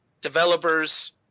developers